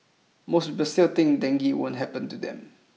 most people still think dengue won't happen to them